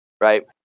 Right